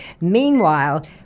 Meanwhile